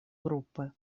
группы